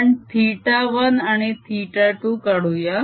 आपण θ 1 आणि θ 2 काढूया